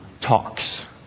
talks